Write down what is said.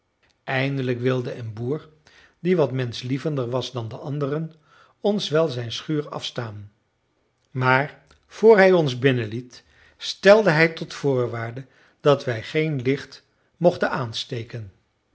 eindelijk wilde een boer die wat menschlievender was dan de anderen ons wel zijn schuur afstaan maar voor hij ons binnenliet stelde hij tot voorwaarde dat wij geen licht mochten aansteken